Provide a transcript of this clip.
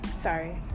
sorry